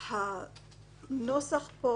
חוששת שהניסוח הזה ימנע את מסירת המידע לוועדת הערר.